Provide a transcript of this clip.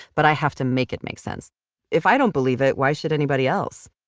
but i have to make it make sense if i don't believe it, why should anybody else?